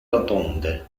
rotonde